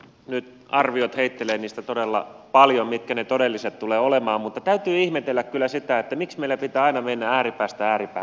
nämä arviot todellisista kustannuksista heittelevät todella paljon mutta täytyy ihmetellä kyllä sitä miksi meillä pitää aina mennä ääripäästä ääripäähän